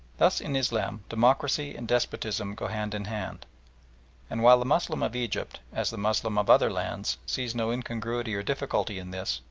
thus in islam democracy and despotism go hand in hand and while the moslem of egypt, as the moslem of other lands, sees no incongruity or difficulty in this,